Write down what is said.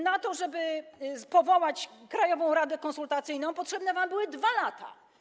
Na to, żeby powołać krajową radę konsultacyjną, potrzebne wam były 2 lata.